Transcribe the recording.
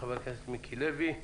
לחבר הכנסת מיקי לוי,